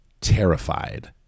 terrified